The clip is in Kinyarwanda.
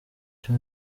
icyo